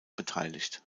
beteiligt